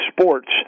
sports